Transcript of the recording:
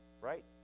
right